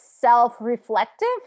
self-reflective